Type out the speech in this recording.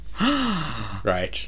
right